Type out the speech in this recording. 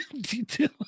detail